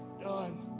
done